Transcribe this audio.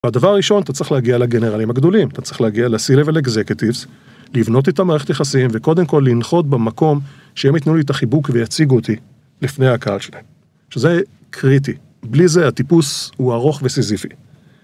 והדבר הראשון, אתה צריך להגיע לגנרלים הגדולים, אתה צריך להגיע לסי-לבל אקזקטיבס, לבנות איתם מערכת יחסים, וקודם כל לנחות במקום שהם יתנו לי את החיבוק ויציגו אותי לפני הקהל שלהם. שזה קריטי. בלי זה הטיפוס הוא ארוך וסיזיפי.